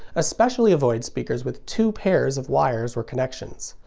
especially avoid speakers with two pairs of wires or connections.